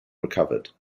recovered